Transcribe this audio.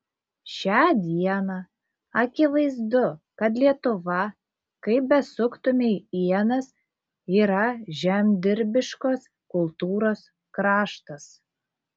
šią dieną akivaizdu kad lietuva kaip besuktumei ienas yra žemdirbiškos kultūros kraštas